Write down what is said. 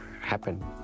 happen